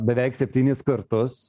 beveik septynis kartus